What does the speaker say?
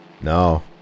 No